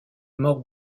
mort